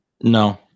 No